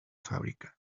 fábrica